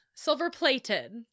Silver-plated